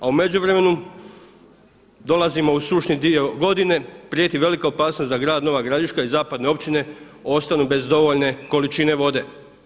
A u međuvremenu, dolazimo u sušni dio godine, prijeti velika opasnost da grad Nova Gradiška i zapadne općine ostanu bez dovoljne količine vode.